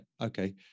okay